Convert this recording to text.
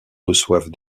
reçoivent